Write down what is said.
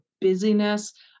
busyness